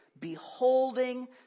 beholding